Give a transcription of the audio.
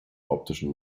optischen